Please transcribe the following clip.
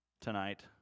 tonight